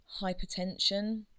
hypertension